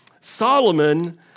Solomon